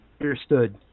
Understood